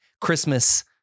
Christmas